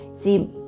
See